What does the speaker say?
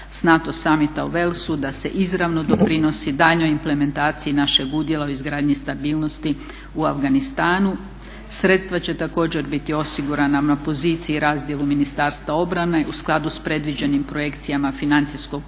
sa NATO Summita u Walesu da se izravno doprinosi daljnjoj implementaciji našeg udjela u izgradnji stabilnosti u Afganistanu. Sredstva će također biti osigurana na poziciji i razdjelu Ministarstva obrane u skladu s predviđenim projekcijama Financijskog plana